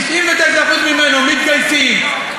99% ממנו מתגייסים,